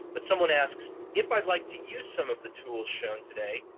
but someone asks, if i'd like to use some of the tools shown today,